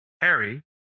Harry